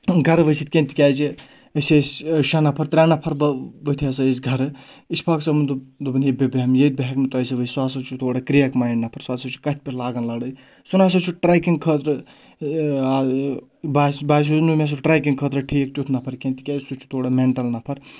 گَرٕ ؤسِتھ کیٚنٛہہ تِکیازِ أسۍ ٲسۍ شےٚ نَفر ترٛےٚ نَفَر ؤتھِ ہَسا أسۍ گرٕ اِشفاق صٲبُن دوٚپ دوٚپُن ہے بہٕ بِٮ۪ہَمہٕ ییٚتۍ بہٕ ہؠکہٕ نہٕ تۄہہِ ستۭۍ ؤسِتھ سُہ ہَسا چھُ تورٕ کٕرَیک مایِنٛڈ نَفر سُہ ہَسا چھُ کَتھ پؠٹھ لاَگن لڑٲے سُہ نسا چھُ ٹریکِنٛگ خٲطرٕ باسہِ باسِیَو مےٚ سُہ ٹریکِنٛگ خٲطرٕ ٹھیٖک تیُتھ نَفر کینٛہہ تِکیازِ سُہ چھُ تھوڑا مینٹَل نَفر